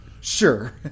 sure